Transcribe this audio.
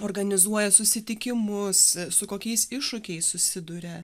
organizuoja susitikimus su kokiais iššūkiais susiduria